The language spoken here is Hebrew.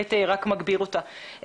בהחלט רק מגביר אותה.